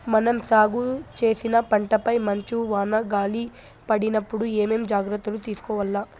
మనం సాగు చేసిన పంటపై మంచు, వాన, గాలి పడినప్పుడు ఏమేం జాగ్రత్తలు తీసుకోవల్ల?